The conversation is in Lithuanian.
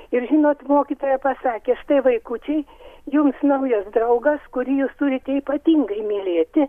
ir žinot mokytoja pasakė štai vaikučiai jums naujas draugas kurį jūs turit ypatingai mylėti